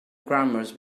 grammars